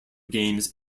games